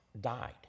died